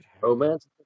Romance